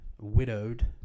widowed